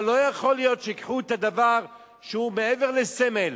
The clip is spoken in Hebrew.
אבל לא יכול להיות שייקחו את הדבר שהוא מעבר לסמל,